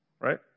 Right